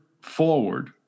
forward